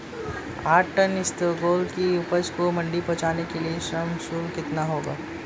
आठ टन इसबगोल की उपज को मंडी पहुंचाने के लिए श्रम शुल्क कितना होगा?